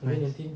best